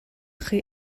chi